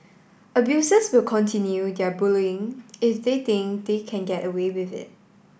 abusers will continue their bullying if they think they can get away with it